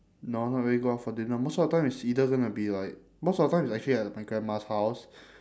no not really go out for dinner most of the time it's either gonna be like most of the time it's actually at my grandma's house